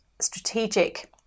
strategic